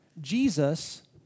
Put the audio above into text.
Jesus